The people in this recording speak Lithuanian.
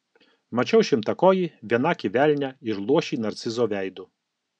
mačiau šimtakojį vienakį velnią ir luošį narcizo veidu